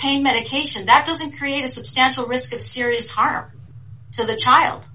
pain medication that doesn't create a substantial risk of serious harm to the child